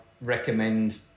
recommend